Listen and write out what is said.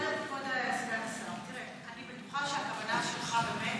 כבוד סגן השר, תראה, אני בטוחה שהכוונה שלך באמת,